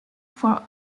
for